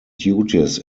duties